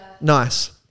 Nice